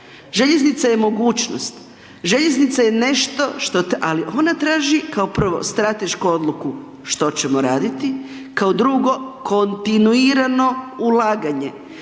željeznica je mogućnost, željeznica je nešto što, ali ona traži kao prvo stratešku odluku što ćemo raditi, kao drugo kontinuirano ulaganje,